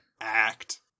act